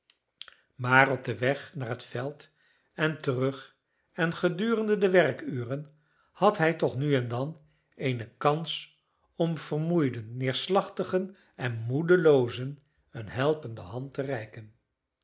maar op weg naar het veld en terug en gedurende de werkuren had hij toch nu en dan eene kans om vermoeiden neerslachtigen en moedeloozen een helpende hand te reiken